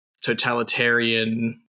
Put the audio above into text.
totalitarian